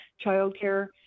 childcare